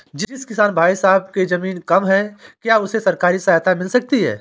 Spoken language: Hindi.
जिस किसान भाई के ज़मीन कम है क्या उसे सरकारी सहायता मिल सकती है?